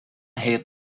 hate